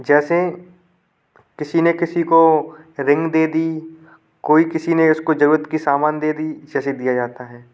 जैसे किसी ने किसी को रिंग दे दी कोई किसी ने उसको जरूरत की सामान दे दी जैसे दिया जाता है